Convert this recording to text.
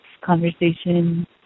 conversation